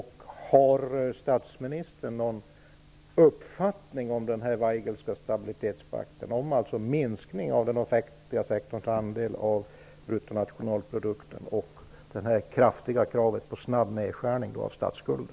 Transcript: Har statsministern någon uppfattning om den waigelska stabilitetspakten, alltså om en minskning av den offentliga sektorns andel av bruttonationalprodukten och om det hårda kravet på snabb nedskärning av statsskulden?